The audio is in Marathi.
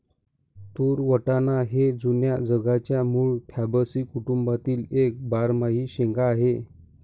तूर वाटाणा हे जुन्या जगाच्या मूळ फॅबॅसी कुटुंबातील एक बारमाही शेंगा आहे